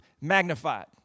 magnified